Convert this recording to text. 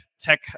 tech